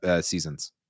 seasons